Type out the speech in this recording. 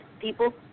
people